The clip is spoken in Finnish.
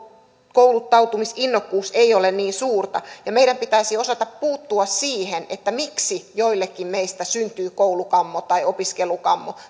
kouluttautumisinnokkuus ei ole niin suurta meidän pitäisi osata puuttua siihen miksi joillekin meistä syntyy koulukammo tai opiskelukammo